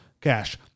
cash